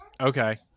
Okay